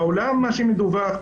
בעולם מה שמדווח,